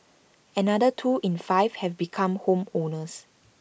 another two in five have become home owners